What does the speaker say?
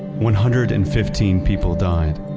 one hundred and fifteen people died.